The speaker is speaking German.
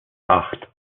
acht